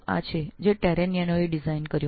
તો આ છે જે ટેરેનીયનો એ ડિઝાઇન કર્યું